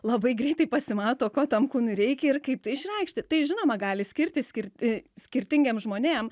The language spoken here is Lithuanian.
labai greitai pasimato ko tam kūnui reikia ir kaip tai išreikšti tai žinoma gali skirtis skirti skirtingiem žmonėm